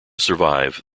survive